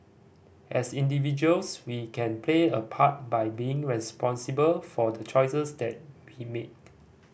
as individuals we can play a part by being responsible for the choices that we make